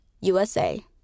USA